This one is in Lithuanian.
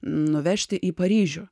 nuvežti į paryžių